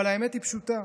אבל האמת היא פשוטה: